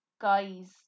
guys